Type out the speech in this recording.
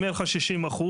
אם יהיה לך שישים אחוז,